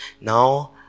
Now